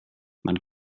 man